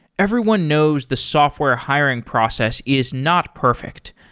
everyone knows the software hiring process is not perfect,